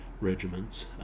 regiments